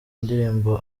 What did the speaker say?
ndirimbo